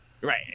Right